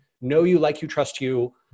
know-you-like-you-trust-you